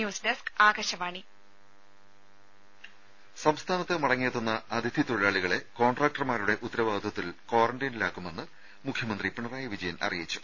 news desk Akashvani ദേദ സംസ്ഥാനത്ത് മടങ്ങിയെത്തുന്ന അതിഥി തൊഴിലാളികളെ കോൺട്രാക്ടർമാരുടെ ഉത്തരവാദിത്വത്തിൽ ക്വാറന്റൈനിലാക്കുമെന്ന് മുഖ്യമന്ത്രി പിണറായി വിജയൻ അറിയിച്ചു